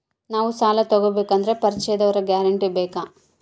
ನಾವು ಸಾಲ ತೋಗಬೇಕು ಅಂದರೆ ಪರಿಚಯದವರ ಗ್ಯಾರಂಟಿ ಬೇಕಾ?